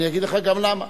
אני אגיד לך גם למה.